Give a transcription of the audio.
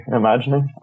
imagining